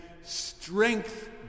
strength